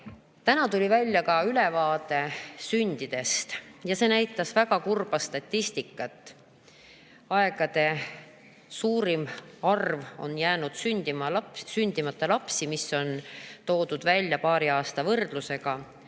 Täna tuli välja ka ülevaade sündidest, mis näitab väga kurba statistikat: aegade suurim arv lapsi on jäänud sündimata. See on toodud välja paari aasta võrdluses,